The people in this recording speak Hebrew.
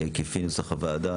כנוסח הוועדה.